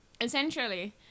Essentially